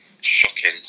shocking